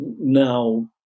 now